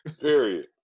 Period